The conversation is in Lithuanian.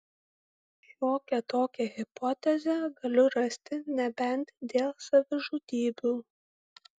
šiokią tokią hipotezę galiu rasti nebent dėl savižudybių